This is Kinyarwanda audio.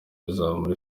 bizamura